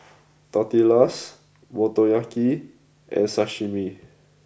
Tortillas Motoyaki and Sashimi